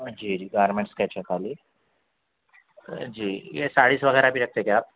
جی جی گارمنٹس کا ہے خالی جی یہ ساڑیز وغیرہ بھی رکھتے کیا آپ